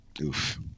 Oof